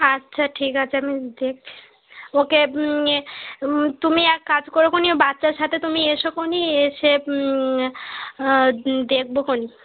আচ্ছা ঠিক আছে আমি দেখছি ওকে তুমি এক কাজ করনি বাচ্চার সাথে তুমি এসোকোনি এসে দেকবোকোনি